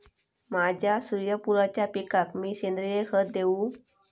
माझ्या सूर्यफुलाच्या पिकाक मी सेंद्रिय खत देवू?